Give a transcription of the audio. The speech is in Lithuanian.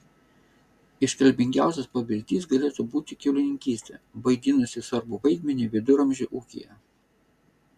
iškalbingiausias pavyzdys galėtų būti kiaulininkystė vaidinusi svarbų vaidmenį viduramžių ūkyje